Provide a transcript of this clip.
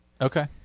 Okay